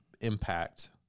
impact